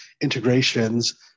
integrations